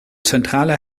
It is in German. zentrale